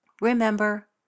Remember